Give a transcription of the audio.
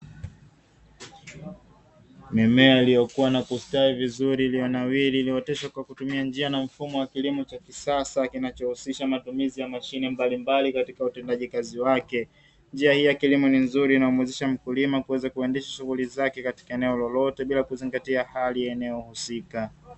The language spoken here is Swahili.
Mimea iliyokuwa na kustawi vizuri iliyo nawiri na kuoteshwa kwa kutumia njia na mfumo wa kisasa, kinachohusisha matumizi ya mashine mbalimbali katika utendaji kazi wake, njia hii ya kilimo ni nzuri na humuwezesha mkulima kuweza kuendesha shughuli zake katika eneo lolote, bila kuzingatia hali ya eneo husika.